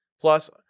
Plus